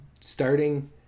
starting